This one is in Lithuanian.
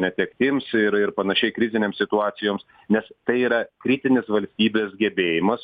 netektims ir ir panašiai krizinėms situacijoms nes tai yra kritinis valstybės gebėjimas